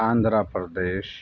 Andhra Pradesh